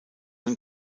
ein